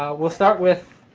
we'll start with